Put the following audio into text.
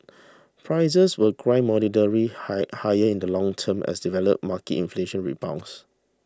prices will grind moderately high higher in the longer term as developed market inflation rebounds